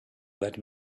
that